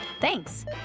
Thanks